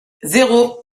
zéro